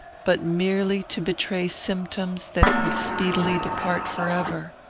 but merely to betray symptoms that it would speedily depart forever.